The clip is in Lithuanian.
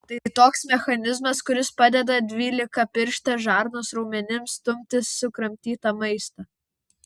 tai toks mechanizmas kuris padeda dvylikapirštės žarnos raumenims stumti sukramtytą maistą